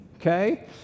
okay